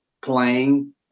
playing